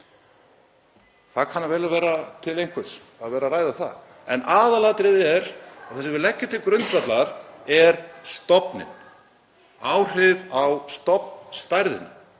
Það kann vel að vera til einhvers að vera að ræða það en aðalatriðið er að það sem við leggjum til grundvallar er stofninn, áhrif á stofnstærðina.